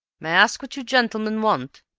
may i ask what you gentlemen want?